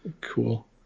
cool